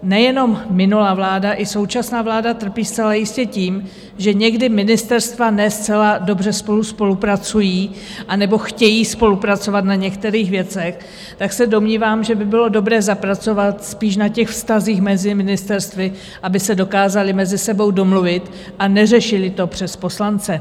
Nejenom minulá vláda, i současná vláda trpí zcela jistě tím, že někdy ministerstva ne zcela dobře spolu spolupracují anebo chtějí spolupracovat na některých věcech, tak se domnívám, že by bylo dobré zapracovat spíš na těch vztazích mezi ministerstvy, aby se dokázala mezi sebou domluvit a neřešila to přes poslance.